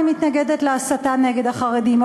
אני מתנגדת להסתה נגד החרדים,